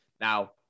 Now